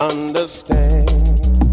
Understand